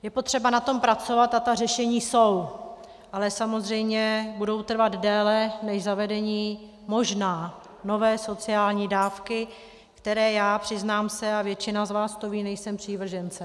Je potřeba na tom pracovat a ta řešení jsou, ale samozřejmě budou trvat déle než zavedení, možná, nové sociální dávky, které já, přiznám se, a většina z vás to ví, nejsem přívržencem.